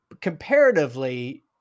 comparatively